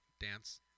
dance